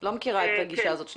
אני לא מכירה את הגישה הזאת שלכם.